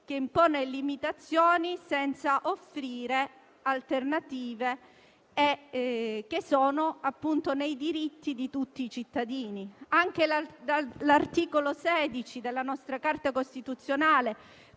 che impone limitazioni senza offrire alternative che sono nei diritti di tutti i cittadini. Anche l'articolo 16 della nostra Carta costituzionale